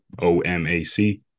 O-M-A-C